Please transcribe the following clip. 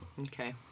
Okay